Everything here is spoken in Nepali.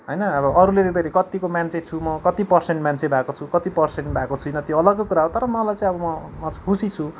होइन अब अरूले देख्दाखेरि कतिको मान्छे छु म कति पर्सेन्ट मान्छे भएको छु कति पर्सेन्ट भएको छुइन त्यो अलग्गै कुरा हो तर मलाई चाहिँ अब म खुसी छु